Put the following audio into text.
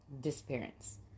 disappearance